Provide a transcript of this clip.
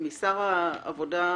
משר העבודה,